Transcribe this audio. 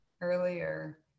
earlier